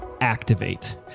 Activate